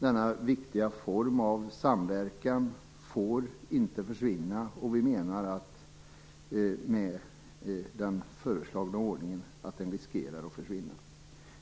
Denna viktiga form av samverkan får inte försvinna, och vi menar att den med den föreslagna ordningen riskerar att försvinna.